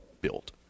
built